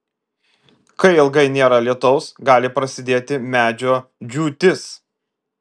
kai ilgai nėra lietaus gali prasidėti medžio džiūtis